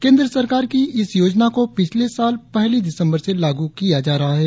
केंद्र सरकार की इस योजना को पिछले साल पहली दिसंबर से लागू किया जा रहा है